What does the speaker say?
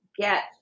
get